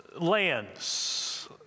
lands